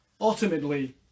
ultimately